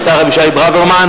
השר אבישי ברוורמן.